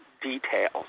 details